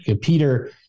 peter